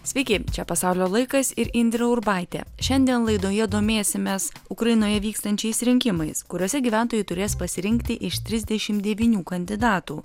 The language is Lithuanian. sveiki čia pasaulio laikas ir indrė urbaitė šiandien laidoje domėsimės ukrainoje vykstančiais rinkimais kuriuose gyventojai turės pasirinkti iš trisdešimt devynių kandidatų